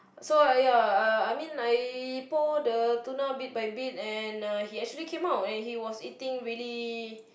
so uh ya uh I mean I pour the tuna bit by bit and uh he actually came out and he was eating really